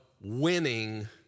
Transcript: winning